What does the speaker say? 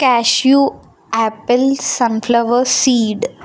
cashew apple sunflower seed